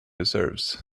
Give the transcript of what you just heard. deserves